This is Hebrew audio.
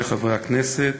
מאת חברי הכנסת